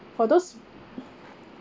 for those